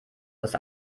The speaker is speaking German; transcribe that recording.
das